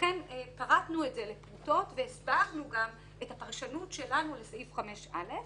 ולכן פרטנו את זה לפרוטות והסברנו גם את הפרשנות שלנו לסעיף 5(א).